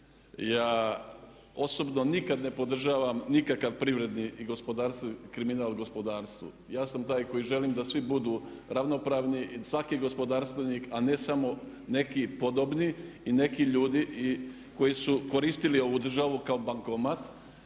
Ja osobno nikad ne podržavam nikakav privredni kriminal gospodarstvu. Ja sam taj koji želim da svi budu ravnopravni, svaki gospodarstvenik a ne samo neki podobni i neki ljudi koji su koristili ovu državu kao bankomat.